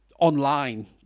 online